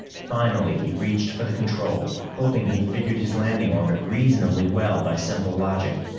finally he reached for the control, hoping he'd figured his landing orbit reasonably well by simple logic.